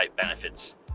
benefits